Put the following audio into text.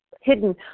hidden